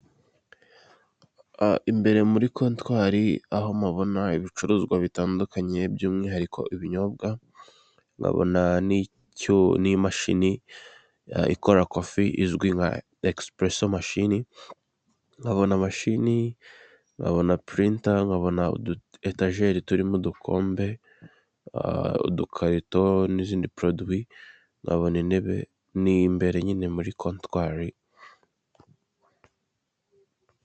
Imbere muri kontwari aho mpabona ibicuruzwa bitandukanye byumwihariko ibinyobwa, nkabona n'imashini ikora kofi izwi nka ekisipureso mashini, nkabona mashini, nkabona purinta, nkabona utu etajeri irimo udukombe, udukarito n'izindi poroduwi, nkabona intebe n'imbere nyine muri kontwari.